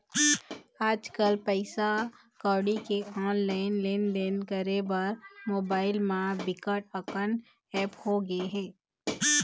आजकल पइसा कउड़ी के ऑनलाईन लेनदेन करे बर मोबाईल म बिकट अकन ऐप होगे हे